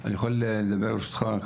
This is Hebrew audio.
ברשותך.